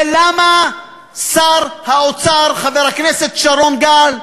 ולמה שר האוצר, חבר הכנסת שרון גל,